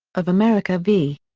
of america v.